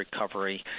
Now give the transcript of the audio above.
Recovery